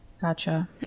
Gotcha